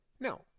no